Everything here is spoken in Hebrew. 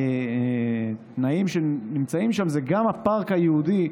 אחד התנאים שנמצאים שם זה גם הפארק הייעודי,